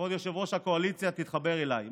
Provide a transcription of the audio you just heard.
כבוד יושב-ראש הקואליציה, תתחבר אליי.